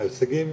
ההישגים